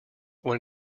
when